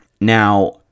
Now